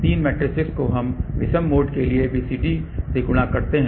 3 matrices को हम विषम मोड के लिए ABCD से गुणा करते हैं